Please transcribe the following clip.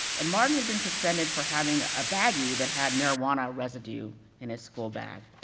and martin had been suspended for having a baggie that had marijuana residue in his school bag.